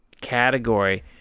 category